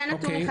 זה נתון אחד.